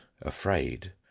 afraid